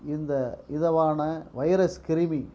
இந்த இதுவான வைரஸ் கிருமி